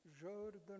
Jordan